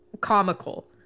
comical